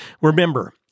Remember